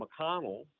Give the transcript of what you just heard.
McConnell